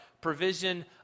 provision